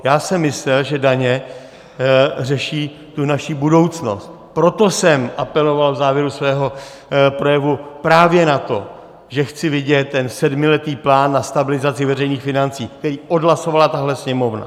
Já jsem myslel, že daně řeší tu naši budoucnost, proto jsem apeloval v závěru svého projevu právě na to, že chci vidět ten sedmiletý plán na stabilizaci veřejných financí, který odhlasovala tahle Sněmovna.